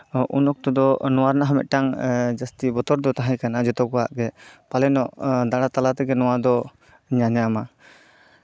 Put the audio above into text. ᱩᱱ ᱚᱠᱛᱚ ᱫᱚ ᱱᱚᱣᱟ ᱨᱮᱱᱟᱜ ᱦᱚᱸ ᱢᱤᱫᱴᱟᱝ ᱡᱟᱥᱛᱤ ᱵᱚᱛᱚᱨ ᱫᱚ ᱛᱟᱦᱮᱸ ᱠᱟᱱᱟ ᱡᱚᱛᱚ ᱠᱚᱣᱟᱜ ᱜᱮ ᱯᱟᱞᱮᱱ ᱫᱟᱬᱟ ᱛᱟᱞᱟ ᱛᱮᱜᱮ ᱱᱚᱣᱟ ᱫᱚ ᱧᱟᱧᱟᱢᱟ